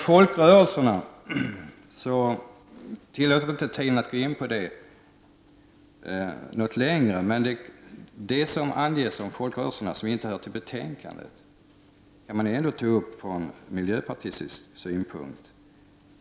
Tiden tillåter inte att jag nu går in på folkrörelserna, men jag kan ändå ta upp miljöpartiets synpunkt på de folkrörelser som inte behandlas i detta betänkande.